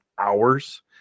hours